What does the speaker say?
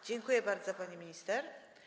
Dziękuję bardzo, pani minister.